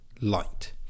light